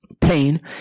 pain